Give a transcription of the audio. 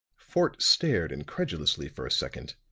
fort stared incredulously for a second,